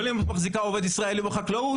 אבל אם את מחזיקה עובד ישראלי בחקלאות,